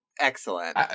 Excellent